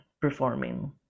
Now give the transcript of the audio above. performing